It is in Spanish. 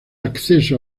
acceso